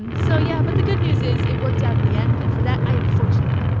and so yeah, but the good news is it worked out in the end and for that, i am fortunate.